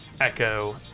Echo